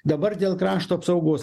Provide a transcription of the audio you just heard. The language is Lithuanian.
dabar dėl krašto apsaugos